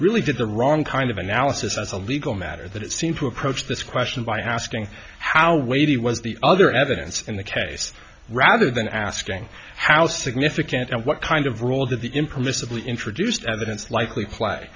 really did the wrong kind of analysis as a legal matter that it seemed to approach this question by asking how weighty was the other evidence in the case rather than asking how significant and what kind of role did the impermissibly introduced evidence likely cla